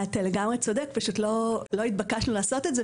אתה לגמרי צודק; פשוט לא התבקשנו לעשות את זה,